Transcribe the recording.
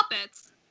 puppets